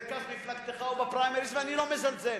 במרכז מפלגתך ובפריימריז, ואני לא מזלזל,